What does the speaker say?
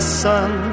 sun